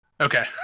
okay